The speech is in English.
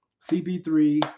cp3